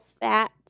fat